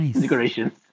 decorations